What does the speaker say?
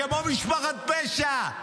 כמו משפחת פשע.